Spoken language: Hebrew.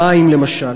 מים, למשל,